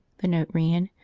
the note ran,